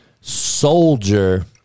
soldier